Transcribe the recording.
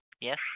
Yes